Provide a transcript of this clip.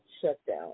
shutdown